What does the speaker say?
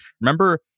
Remember